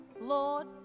Lord